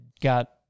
got